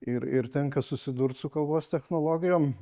ir ir tenka susidurt su kalbos technologijom